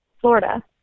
Florida